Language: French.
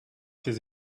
ces